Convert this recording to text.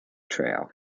trail